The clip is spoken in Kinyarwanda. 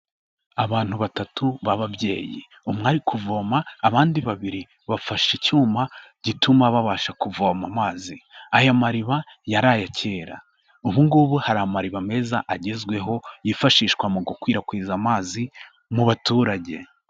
Abantu batatu b'ababyeyi, umwe ari kuvoma abandi babiri bafashe icyuma gituma babasha kuvoma amazi, aya mariba yari ayakera, ubu ngubu hari amariba meza agezweho yifashishwa mu gukwirakwiza amazi mu baturage.